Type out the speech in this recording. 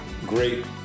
great